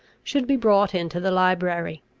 should be brought into the library.